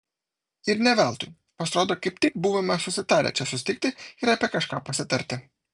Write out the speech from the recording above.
ir ne veltui pasirodo kaip tik buvome susitarę čia susitikti ir apie kažką pasitarti